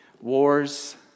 Wars